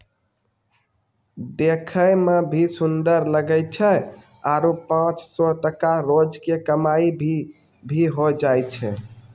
देखै मॅ भी सुन्दर लागै छै आरो पांच सौ टका रोज के कमाई भा भी होय जाय छै